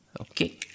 Okay